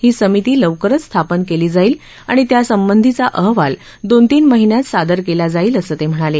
ही समिती लवकरच स्थापन केली जाईल आणि त्यासंबंधीचा अहवाल दोन तीन महिन्यात सादर केला जाईल असं ते म्हणाले